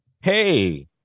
Hey